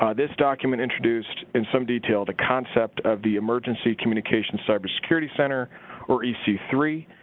ah this document introduced, in some detail, the concept of the emergency communications cyber security center or e c three.